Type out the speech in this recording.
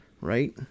Right